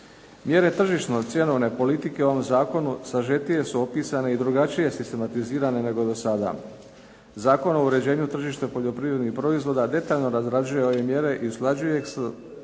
Mjere tržišno-cjenovne politike u ovom zakonu sažetije su opisane i drugačije sistematizirane nego do sada. Zakon o uređenju tržišta poljoprivrednih proizvoda detaljno razrađuje ove mjere i usklađuje ih sa